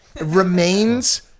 remains